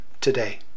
today